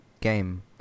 game